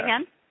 again